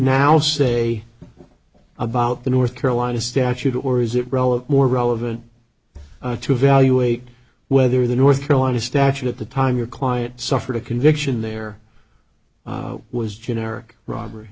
now say about the north carolina statute or is it relevant more relevant to evaluate whether the north carolina statute at the time your client suffered a conviction there was generic robbery